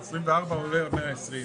ברשותך, לפני שאתה מתחיל.